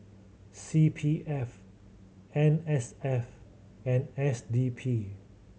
C P F N S F and S D P